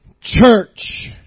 church